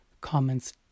comments